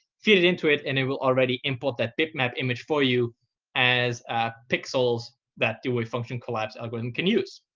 feed it into it, and it will already import that bitmap image for you as pixels that the wavefunctioncollapse algorithm can use.